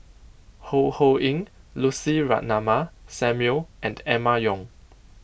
Ho Ho Ying Lucy Ratnammah Samuel and Emma Yong